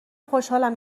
خوشحالم